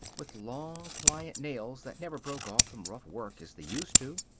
with long, pliant nails that never broke off from rough work as they used to.